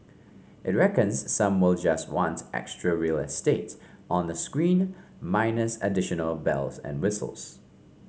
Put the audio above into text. it reckons some will just want extra real estate on a screen minus additional bells and whistles